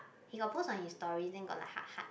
he got post on his stories then got like heart heart